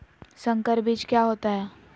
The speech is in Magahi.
संकर बीज क्या होता है?